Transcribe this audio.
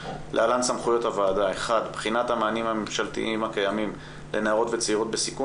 בחינת המענים הממשלתיים הקיימים לנערות וצעירות סיכון